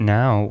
now